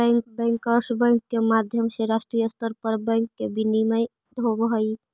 bankers bank के माध्यम से राष्ट्रीय स्तर पर बैंक के नियमन होवऽ हइ